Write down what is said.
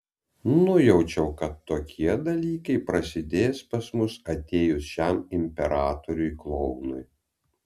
nujaučiau kad tokie dalykai prasidės pas mus atėjus šiam imperatoriui klounui